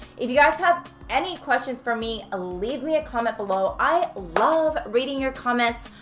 if you guys have any questions for me, ah leave me a comment below. i love reading your comments.